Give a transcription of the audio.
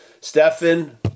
Stefan